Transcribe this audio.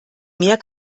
mehr